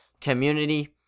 community